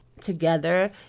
together